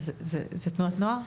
זאת תנועת נוער?